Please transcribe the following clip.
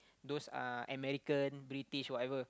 those uh American British whatever